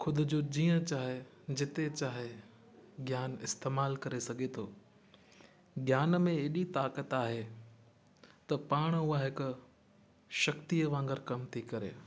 खुदि जो जीअं चाहे जिते चाहे ज्ञान इस्तेमालु करे सघे थो ज्ञान में एॾी ताकतु आहे त पाण उहा ई शक्तिअ वांगुर कमु थी करे